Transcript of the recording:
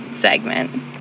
segment